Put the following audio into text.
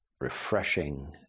refreshing